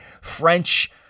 French